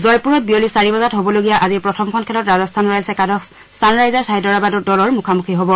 জয়পুৰত বিয়লি চাৰি বজাত হবলগীয়া আজিৰ প্ৰথমখন খেলত ৰাজস্থান ৰয়েল্ছ একাদশ ছানৰাইজাৰ্ছ হায়দৰাবাদ দলৰ মুখামুখি হব